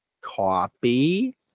copy